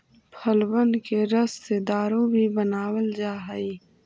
फलबन के रस से दारू भी बनाबल जा हई